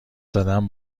زدن